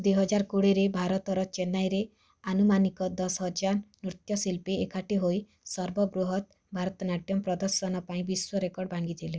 ଦୁଇ ହଜାର କୋଡ଼ିଏରେ ଭାରତର ଚେନ୍ନାଇରେ ଆନୁମାନିକ ଦଶ ହଜାର ନୃତ୍ୟଶିଳ୍ପୀ ଏକାଠି ହୋଇ ସର୍ବବୃହତ ଭାରତନାଟ୍ୟମ୍ ପ୍ରଦର୍ଶନ ପାଇଁ ବିଶ୍ୱ ରେକର୍ଡ଼ ଭାଙ୍ଗିଥିଲେ